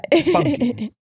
Spunky